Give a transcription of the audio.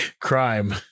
crime